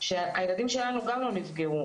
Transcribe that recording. שהילדים שלנו גם לא נפגעו?